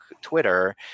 Twitter